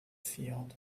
field